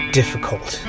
difficult